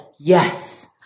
yes